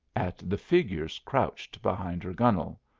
at the figures crouched behind her gunwale,